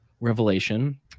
revelation